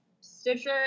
Stitcher